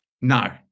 No